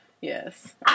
yes